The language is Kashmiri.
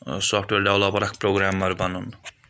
سافٹویر ڈیولَپَر اَکھ پروگرامَر بَنُن